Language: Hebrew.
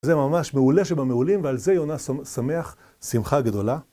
זה ממש מעולה שבמעולים ועל זה יונה שמח שמחה גדולה.